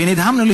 נדהמנו,